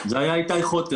זה היה איתי חוטר.